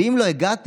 ואם לא הגעת,